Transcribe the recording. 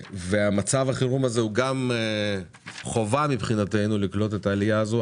ומצב החירום הזה הוא גם חובה מבחינתנו לקלוט את העלייה הזו,